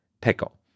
pickle